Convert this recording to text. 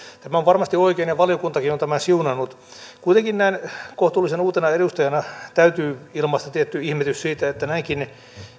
tämä on varmasti oikein ja valiokuntakin on tämän siunannut kuitenkin näin kohtuullisen uutena edustajana täytyy ilmaista tietty ihmetys siitä että näinkin